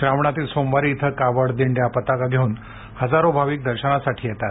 श्रावणातील सोमवारी येथे कावड दिंड्या पताका घेऊन हजारो भाविक दर्शनासाठी येतात